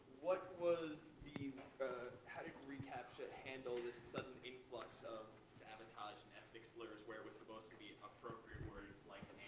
what was the how did recaptcha handle this sudden influx of sabotage and ethnic slurs where it was supposed to be appropriate words like